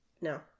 No